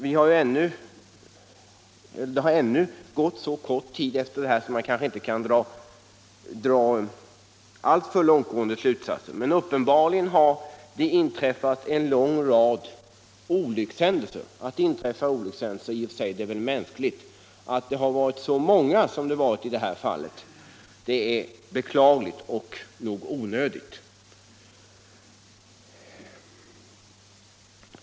Det har ännu gått så kort tid sedan renhållningslagen trädde i kraft att man kanske inte kan dra alltför långtgående slutsatser, men uppenbarligen har det inträffat en lång rad olyckshändelser. Och naturligtvis kan olyckshändelser inträffa, men att de varit så många som i detta fall är beklagligt och nog onödigt.